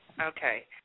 Okay